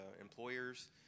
employers